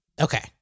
Okay